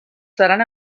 seran